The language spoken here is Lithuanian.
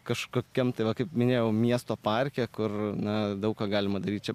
kažkokiam tai va kaip minėjau miesto parke kur na daug ką galima daryti